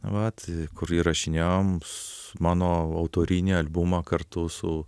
vat kur įrašinėjom mano autorinį albumą kartu su